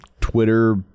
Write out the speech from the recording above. Twitter